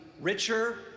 richer